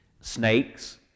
snakes